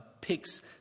picks